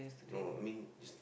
no I mean just